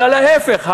אלא להפך,